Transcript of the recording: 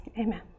Amen